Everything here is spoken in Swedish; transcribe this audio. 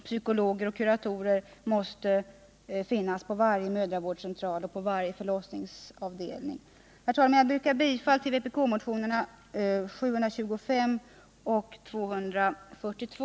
Psykologer och kuratorer måste finnas på varje mödravårdscentral och på varje förlossningsavdelning. Herr talman! Jag yrkar bifall till vpk-motionerna 725 och 242.